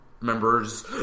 Members